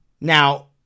Now